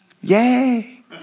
Yay